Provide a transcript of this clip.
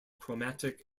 chromatic